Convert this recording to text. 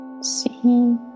See